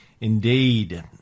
Indeed